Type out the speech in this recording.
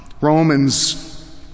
Romans